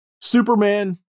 Superman